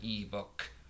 ebook